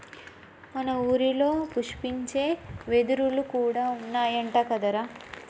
మన ఊరిలో పుష్పించే వెదురులు కూడా ఉన్నాయంట కదరా